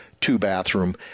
two-bathroom